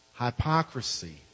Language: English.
hypocrisy